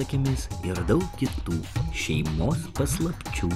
akimis ir daug kitų šeimos paslapčių